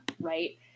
right